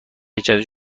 جدید